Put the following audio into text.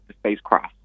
spacecraft